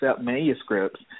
manuscripts